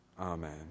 Amen